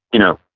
you know.